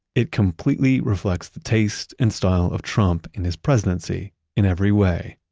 it completely reflects the taste and style of trump in his presidency in every way.